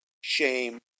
shame